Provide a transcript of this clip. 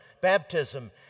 baptism